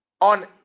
on